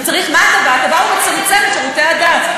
ואתה בא ומצמצם את שירותי הדת.